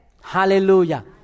Hallelujah